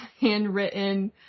handwritten